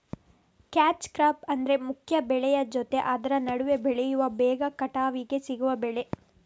catch crop ಅಂದ್ರೆ ಮುಖ್ಯ ಬೆಳೆಯ ಜೊತೆ ಆದ್ರ ನಡುವೆ ಬೆಳೆಯುವ ಬೇಗ ಕಟಾವಿಗೆ ಸಿಗುವ ಬೆಳೆ